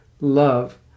love